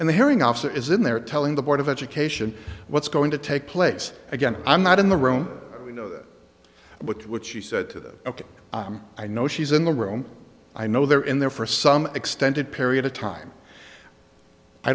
and the hearing officer is in there telling the board of education what's going to take place again i'm not in the room with what she said to ok i know she's in the room i know they're in there for some extended period of time i